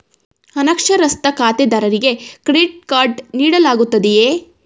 ಅನಕ್ಷರಸ್ಥ ಖಾತೆದಾರರಿಗೆ credit card ನೀಡಲಾಗುತ್ತದೆಯೇ?